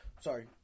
Sorry